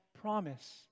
promise